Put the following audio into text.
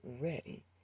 ready